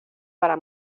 para